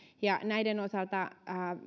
ja näiden osalta